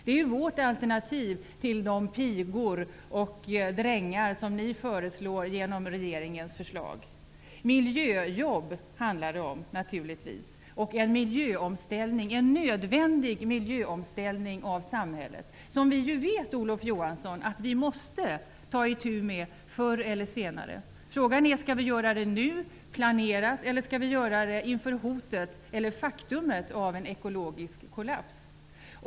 Detta är vårt alternativ till de pigor och drängar som ni för fram i regeringens förslag. Det handlar naturligtvis om miljöjobb och en nödvändig miljöomställning av samhället. Vi vet, Olof Johansson, att vi måste ta itu med detta förr eller senare. Frågan är om det skall göras nu eller planeras inför hotet eller faktumet av en ekologisk kollaps.